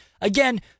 Again